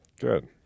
Good